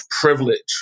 privilege